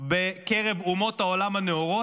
בקרב אומות העולם הנאורות,